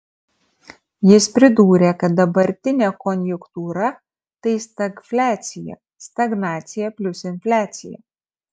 jis pridūrė kad dabartinė konjunktūra tai stagfliacija stagnacija plius infliacija